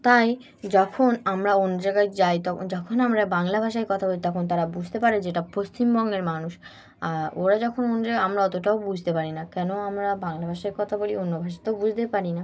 তাই যখন আমরা অন্য জায়গায় যাই ত যখন আমরা বাংলা ভাষায় কথা বলি তখন তারা বুঝতে পারে যেটা পশ্চিমবঙ্গের মানুষ ওরা যখন অন্য জায়গায় আমরা অতটাও বুঝতে পারি না কেন আমরা বাংলা ভাষায় কথা বলি অন্য ভাষা তও বুঝতে পারি না